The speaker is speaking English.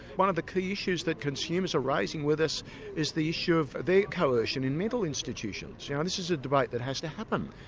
one of the key issues that consumers are raising with us is the issue of their coercion in mental institutions. yeah ah this is a debate that has to happen.